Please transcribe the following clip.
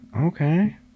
okay